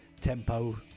tempo